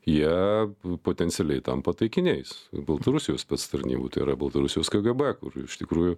jie potencialiai tampa taikiniais baltarusijos spec tarnybų tai yra baltarusijos kgb kur iš tikrųjų